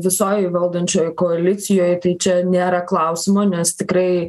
visoj valdančioj koalicijoj tai čia nėra klausimo nes tikrai